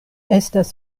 estas